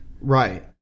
Right